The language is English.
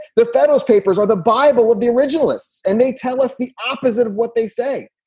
the federals papers are the bible of the originalists, and they tell us the opposite of what they say.